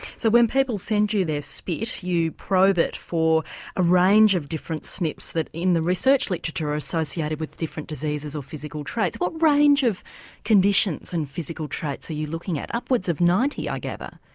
so when people send you their spit you probe it for a range of different snps that in the research literature are associated with different diseases or physical traits. what range of conditions and physical traits are you looking at, upwards of ninety i gather?